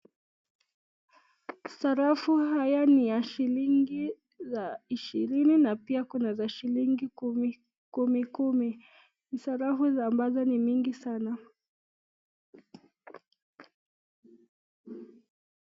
Sarafu haya ni ya shilingi ishirini na pia kuna za shilingi kumi kumi, ni sarafu ambazo ni mingi sana.